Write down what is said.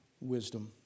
wisdom